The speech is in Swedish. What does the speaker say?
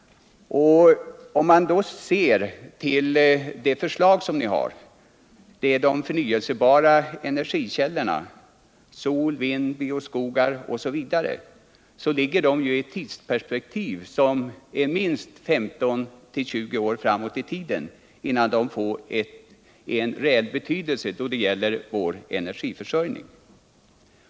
Ser man till de alternativ ni har på det här området — förslag om förnyelsebara energikällor som sol, vind, bioskogar osv. — finner man att de ligger inom ett tidsperspektiv om minst 15-20 år framåt i tiden innan de får en reell betydelse när det gäller vår energiförsörjning.